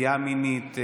נטייה מינית,